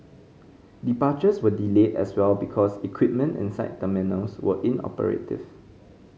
departures were delayed as well because equipment inside terminals was inoperative